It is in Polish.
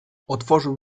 otworzył